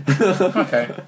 okay